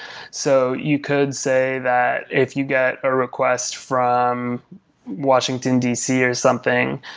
so you could say that if you got a request from washington, d c. or something,